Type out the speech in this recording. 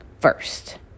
first